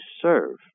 serve